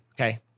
Okay